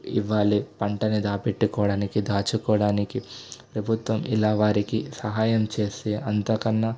ఇవ్వాలి పంటని దాచిపెట్టుకోవడానికి దాచుకోవడానికి ప్రభుత్వం ఇలా వారికి సహాయం చేస్తే అంతకన్నా